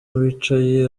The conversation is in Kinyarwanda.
wicaye